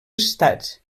estats